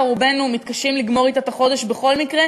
רובנו מתקשים לגמור אתה את החודש בכל מקרה,